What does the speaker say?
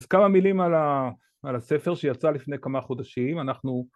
‫אז כמה מילים על הספר ‫שיצא לפני כמה חודשים. אנחנו...